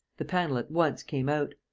the panel at once came out.